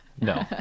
no